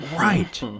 Right